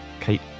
Kate